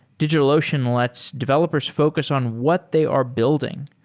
digitalocean lets developers focus on what they are building.